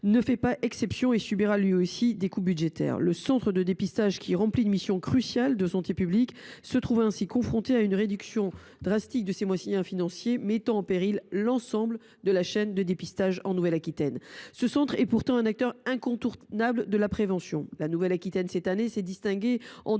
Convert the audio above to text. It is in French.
ne fait pas exception et subira, lui aussi, des coûts budgétaires. Le centre de dépistage, qui remplit une mission cruciale de santé publique, se trouve ainsi confronté à une forte réduction de ses moyens financiers mettant en péril l’ensemble de la chaîne de dépistage en Nouvelle Aquitaine. Ce centre est pourtant un acteur incontournable de la prévention. La Nouvelle Aquitaine s’est distinguée cette